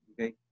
Okay